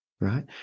right